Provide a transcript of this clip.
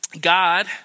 God